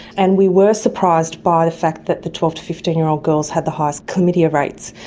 and we were surprised by the fact that the twelve to fifteen year old girls had the highest chlamydia rates.